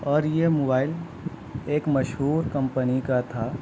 اور یہ موبائل ایک مشہور کمپنی کا تھا